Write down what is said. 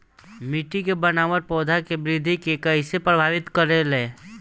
मिट्टी के बनावट पौधन के वृद्धि के कइसे प्रभावित करे ले?